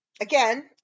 Again